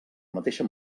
mateixa